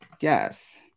Yes